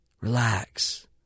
relax